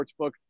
Sportsbook